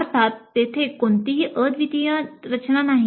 अर्थात तेथे कोणतीही अद्वितीय रचना नाही